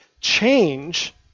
change